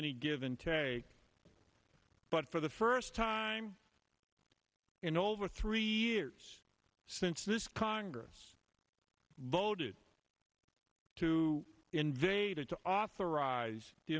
any given today but for the first time in over three years since this congress voted to invade or to authorize the